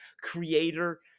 creator